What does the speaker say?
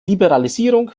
liberalisierung